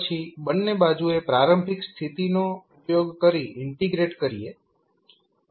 પછી બંને બાજુએ પ્રારંભિક સ્થિતિનો ઉપયોગ કરી ઇન્ટિગ્રેટ કરીએ